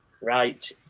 Right